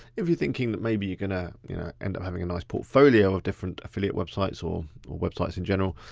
if you're thinking that maybe you're gonna end up having a nice portfolio of different affiliate websites or web sites in general,